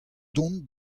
dont